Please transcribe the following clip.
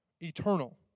eternal